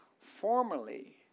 formerly